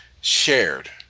shared